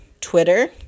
Twitter